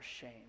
shame